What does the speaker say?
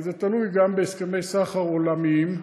כי זה תלוי גם בהסכמי סחר עולמיים.